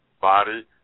body